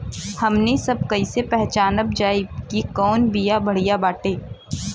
हमनी सभ कईसे पहचानब जाइब की कवन बिया बढ़ियां बाटे?